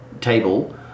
table